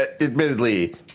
Admittedly